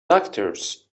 doctors